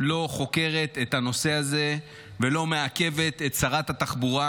לא חוקרת את הנושא הזה ולא מעכבת את שרת התחבורה,